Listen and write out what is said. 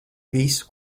visu